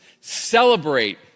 celebrate